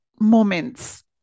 moments